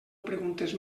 preguntes